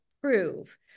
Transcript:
prove